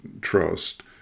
trust